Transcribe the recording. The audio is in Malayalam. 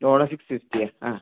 ഡോളോ സിക്സ് ഫിഫ്റ്റിയോ ആ